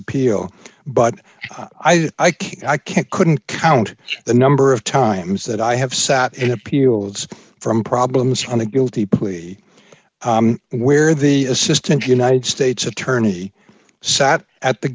appeal but i can't i can't couldn't count the number of times that i have sat in appeals from problems on the guilty plea where the assistant united states attorney sat at the